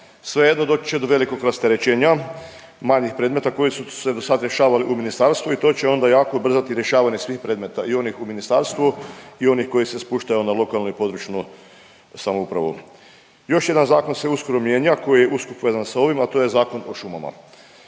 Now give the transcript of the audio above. Svejedno, doći će do velikog rasterećenja manjih predmeta koji su se do sad rješavali u ministarstvu i to će onda jako ubrzati rješavanje svih predmeta i onih u ministarstvu i onih koji se spuštaju na lokalnu i područnu samoupravu. Još jedan zakon se uskoro mijenja, koji je usko povezan s ovim, a to je Zakon o šumama,